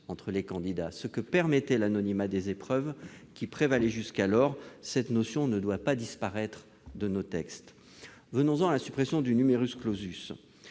entre les candidats, ce que permettait l'anonymat des épreuves qui prévalait jusqu'alors. Cette notion ne doit pas disparaître de nos textes. Venons-en à la suppression du.